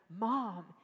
mom